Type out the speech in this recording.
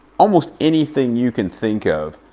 almost anything you can think of,